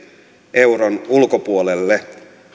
euron ulkopuolelle